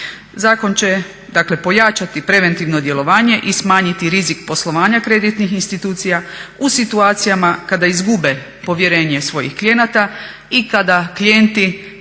dakle pojačati preventivno djelovanje i smanjiti rizik poslovanja kreditnih institucija u situacijama kada izgube povjerenje svojih klijenata i kada klijenti